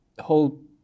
whole